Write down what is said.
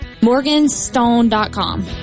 Morganstone.com